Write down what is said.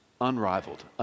unrivaled